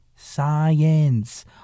Science